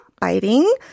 biting